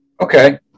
okay